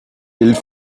ils